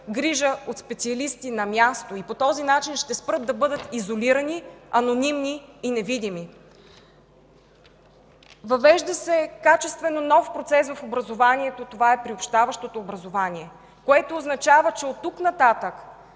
грижа от специалисти на място и по този начин ще спрат да бъдат изолирани, анонимни и невидими. Въвежда се качествено нов процес в образованието – приобщаващото образование, което означава, че от тук нататък